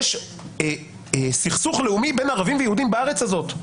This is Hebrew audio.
יש סכסוך לאומי בין ערבים ויהודים בארץ הזאת.